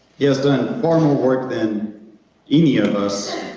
he has done far more work than any of us.